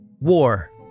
War